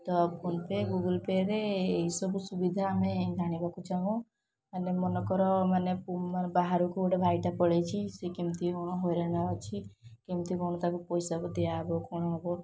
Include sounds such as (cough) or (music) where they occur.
ତ ଫୋନ୍ପେ ଗୁଗୁଲ୍ପେରେ ଏଇ ସବୁ ସୁବିଧା ଆମେ ଜାଣିବାକୁ ଚାହୁଁ ମାନେ ମନେକର ମାନେ (unintelligible) ବାହାରକୁ ଗୋଟେ ଭାଇଟେ ପଳେଇଛି ସିଏ କେମତି କ'ଣ ହଇରାଣରେ ଅଛି କେମତି କ'ଣ ତାକୁ ପଇସାକୁ ଦିଆ ହେବ କ'ଣ ହେବ